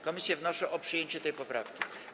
Komisje wnoszą o przyjęcie tej poprawki.